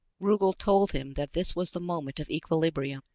rugel told him that this was the moment of equilibrium,